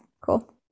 cool